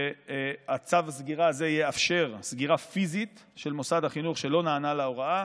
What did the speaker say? צו הסגירה הזה יאפשר סגירה פיזית של מוסד החינוך שלא נענה להוראה